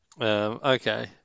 Okay